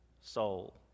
soul